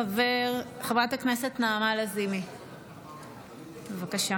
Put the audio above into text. חברת הכנסת נעמה לזימי, בבקשה.